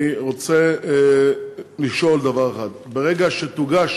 אני רוצה לשאול דבר אחד: ברגע שתוגש